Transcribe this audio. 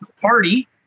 party